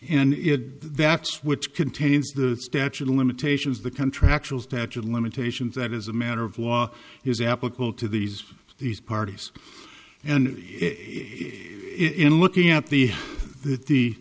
and that's which contains the statute of limitations the contractual statute of limitations that is a matter of law is applicable to these these parties and in looking at the the